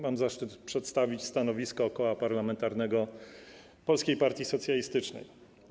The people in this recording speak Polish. Mam zaszczyt przedstawić stanowisko Koła Parlamentarnego Polskiej Partii Socjalistycznej.